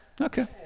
Okay